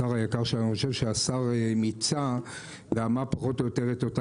השר היקר שלנו מיצה ואמר את הדברים